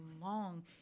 long